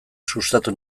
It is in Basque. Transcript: sustatu